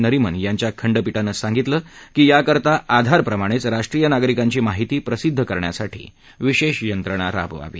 नरिमन यांच्या खंडपीठानं सांगितले की याकरता आधारप्रमाणेच राष्ट्रीय नागरिकांची माहिती प्रसिद्ध करण्यासाठी विशेष यंत्रणा राबवावी